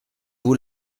vous